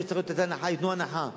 איפה שצריך לתת הנחה ייתנו הנחה,